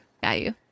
value